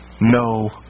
no